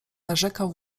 narzekał